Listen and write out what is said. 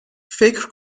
فکر